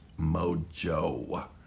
Mojo